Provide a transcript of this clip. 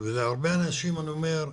ולהרבה אנשים אני אומר,